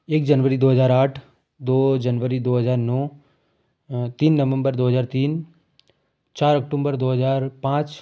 एक जनवरी दो हजार आठ दो जनवरी दो हजार नौ तीन नवम्बर दो हजार तीन चार अक्टूबर दो हजार पाँच